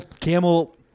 camel